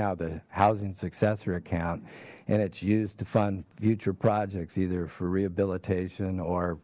now the housing successor account and it's used to fund future projects either for rehabilitation or